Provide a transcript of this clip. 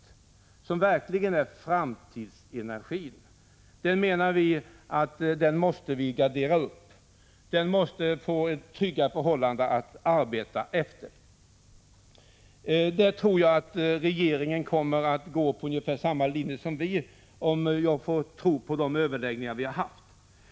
Den är verkligen framtidsenergin, och vi menar att den måste få trygga förhållanden att arbeta efter. I det avseendet kommer regeringen att gå på ungefär samma linje som vi, om jag får tro på vad som framkommit vid de överläggningar vi har haft.